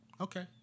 okay